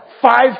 five